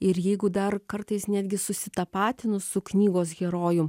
ir jeigu dar kartais netgi susitapatinu su knygos herojum